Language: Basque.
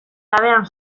labean